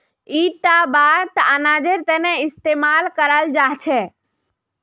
इटा बात अनाजेर तने इस्तेमाल कराल जा छे